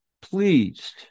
pleased